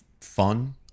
fun